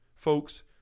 Folks